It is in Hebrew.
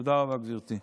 תודה רבה, גברתי.